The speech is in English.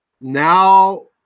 now